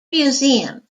museum